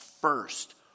first